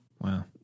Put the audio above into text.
Wow